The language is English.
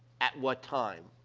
at what time.